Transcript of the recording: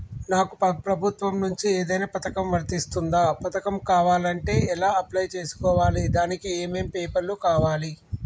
నాకు ప్రభుత్వం నుంచి ఏదైనా పథకం వర్తిస్తుందా? పథకం కావాలంటే ఎలా అప్లై చేసుకోవాలి? దానికి ఏమేం పేపర్లు కావాలి?